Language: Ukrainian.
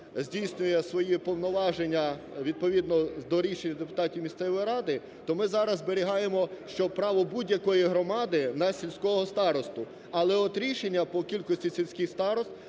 здійснює свої повноваження відповідно до рішення депутатів місцевої ради, то зараз ми зберігаємо, що право будь-якої громади на сільського старосту. Але от рішення по кількості сільських старост